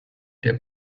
der